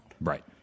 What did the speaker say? Right